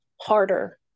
harder